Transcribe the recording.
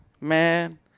man